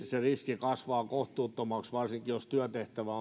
se riski kasvaa kohtuuttomaksi varsinkin jos työtehtävä